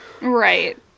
Right